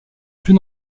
plus